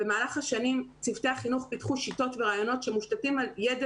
במהלך השנים צוותי החינוך פיתחו שיטות ורעיונות שמושתתים על ידע